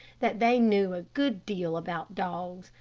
that they knew a good deal about dogs,